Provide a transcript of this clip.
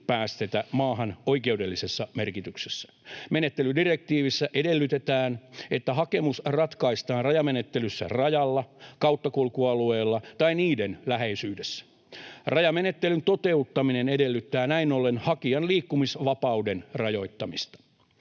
päästetä maahan oikeudellisessa merkityksessä. Menettelydirektiivissä edellytetään, että hakemus ratkaistaan rajamenettelyssä rajalla, kauttakulkualueella tai niiden läheisyydessä. Rajamenettelyn toteuttaminen edellyttää näin ollen hakijan liikkumisvapauden rajoittamista.